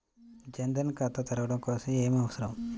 జన్ ధన్ ఖాతా తెరవడం కోసం ఏమి అవసరం?